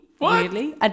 weirdly